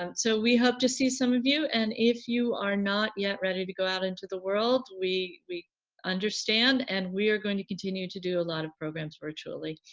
um so we hope to see some of you and if you are not yet ready to go out into the world, we, we understand and we are going to continue to do a lot of programs virtually.